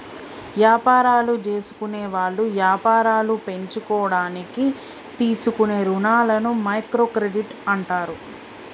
యాపారాలు జేసుకునేవాళ్ళు యాపారాలు పెంచుకోడానికి తీసుకునే రుణాలని మైక్రో క్రెడిట్ అంటారు